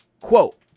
quote